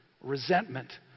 resentment